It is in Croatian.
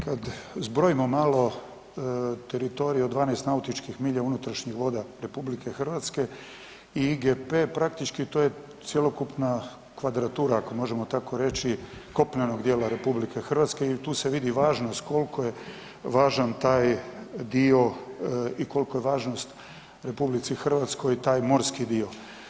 Kad zbrojimo malo teritorij od 12 nautičkih milja unutrašnjih voda RH i IGP to je praktički cjelokupna kvadratura ako možemo tako reći kopnenog dijela RH i tu se vidi važnost koliko je važan taj dio i koliko je važnost RH taj morski dio.